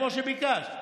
כמו שביקשת,